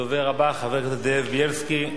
הדובר הבא, חבר הכנסת זאב בילסקי,